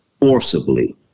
forcibly